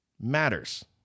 matters